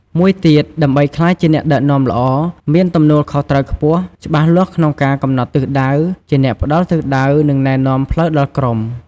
មួយទៀត ដើម្បីក្លាយជាអ្នកដឹកនាំល្អ មានទំនួលខុសត្រូវខ្ពស់ ច្បាស់លាស់ក្នុងការកំណត់ទិសដៅ ជាអ្នកផ្តល់ទិសដៅ និងណែនាំផ្លូវដល់ក្រុម។